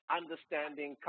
understanding